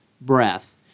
breath